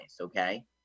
okay